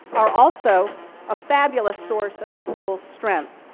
are also a fabulous source of this school's strength.